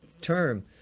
term